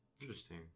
Interesting